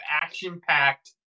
action-packed